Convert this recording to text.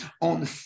on